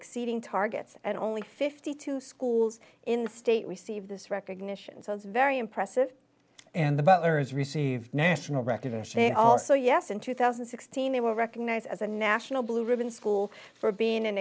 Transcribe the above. exceeding targets and only fifty two schools in the state receive this recognition so it's very impressive and the butler has received national recognition and also yes in two thousand and sixteen they were recognized as a national blue ribbon school for being an